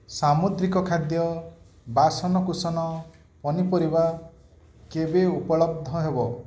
ସାମୁଦ୍ରିକ ଖାଦ୍ୟ ବାସନକୁସନ ପନିପରିବା କେବେ ଉପଲବ୍ଧ ହେବ